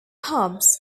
pubs